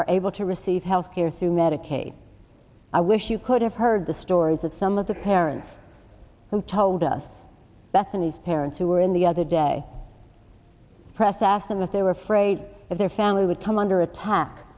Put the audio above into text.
are able to receive health care through medicaid i wish you could have heard the stories of some of the parents who told us bethany's parents who were in the other day press asked them if they were afraid if their family would come under attack